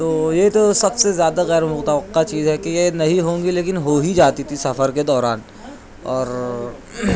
تو یہ تو سب سے زیادہ غیر متوقع چیز ہے کہ یہ نہیں ہوں گی لیکن ہو ہی جاتی تھی سفر کے دوران اور